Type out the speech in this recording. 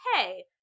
hey